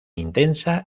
intensa